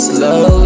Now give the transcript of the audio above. Slow